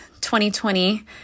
2020